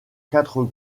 quatre